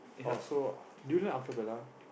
oh so do you learn acapella